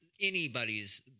anybody's